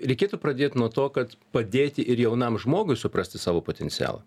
reikėtų pradėt nuo to kad padėti ir jaunam žmogui suprasti savo potencialą